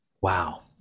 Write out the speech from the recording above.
Wow